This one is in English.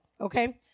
Okay